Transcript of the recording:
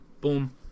boom